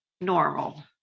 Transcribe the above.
normal